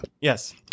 Yes